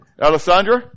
Alessandra